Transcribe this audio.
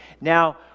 Now